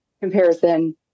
comparison